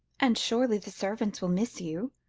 and surely the servants will miss you?